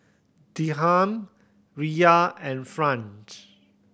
Dirham Riyal and Franc